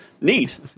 Neat